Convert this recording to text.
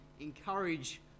encourage